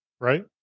right